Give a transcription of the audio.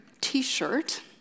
T-shirt